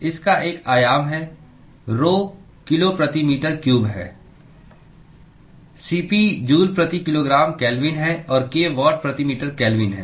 इसका एक आयाम है rho किलो प्रति मीटर क्यूब है Cp जूल प्रति किलोग्राम केल्विन है और k वाट प्रति मीटर केल्विन है